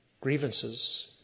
grievances